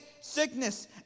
sickness